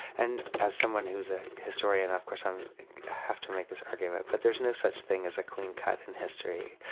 and as someone who's a historian, of course i um have to make this argument, but there's no such thing as a clean cut in history.